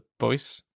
voice